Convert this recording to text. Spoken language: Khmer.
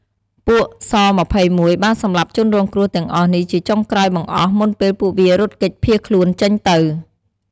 ពួក ស២១បានសំលាប់ជនរងគ្រោះទាំងអស់នេះជាចុងក្រោយបង្អស់មុនពេលពួកវារត់គេចភៀសខ្លួនចេញទៅ។